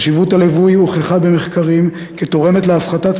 חשיבות הליווי הוכחה במחקרים כתורמת להפחתת